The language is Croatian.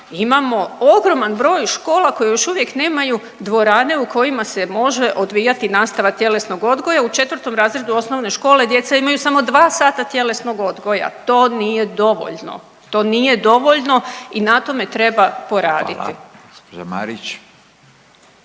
Imamo ogroman broj škola koje još uvijek nemaju dvorane u kojima se može odvijati nastava tjelesnog odgoja. U četvrtom razredu osnovne škole djeca imaju samo dva sata tjelesnog odgoja. To nije dovoljno. To nije dovoljno i na tome treba poraditi. **Radin, Furio